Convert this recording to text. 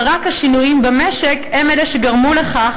ורק השינויים במשק הם אלה שגרמו לכך